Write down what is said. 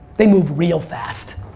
they move real fast.